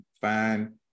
fine